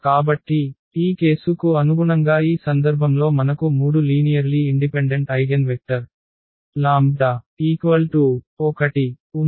కాబట్టి ఈ కేసు కు అనుగుణంగా ఈ సందర్భంలో మనకు మూడు లీనియర్లీ ఇండిపెండెంట్ ఐగెన్వెక్టర్ λ 1 ఉంది